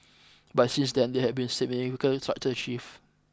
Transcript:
but since then there have been significant structural shifts